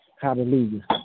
Hallelujah